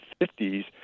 50s